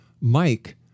Mike